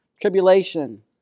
Tribulation